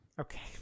okay